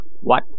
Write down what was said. What